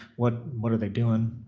what what are they doing,